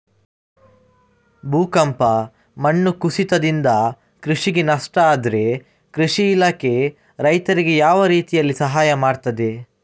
ಭೂಕಂಪ, ಮಣ್ಣು ಕುಸಿತದಿಂದ ಕೃಷಿಗೆ ನಷ್ಟ ಆದ್ರೆ ಕೃಷಿ ಇಲಾಖೆ ರೈತರಿಗೆ ಯಾವ ರೀತಿಯಲ್ಲಿ ಸಹಾಯ ಮಾಡ್ತದೆ?